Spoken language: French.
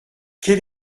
quel